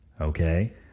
okay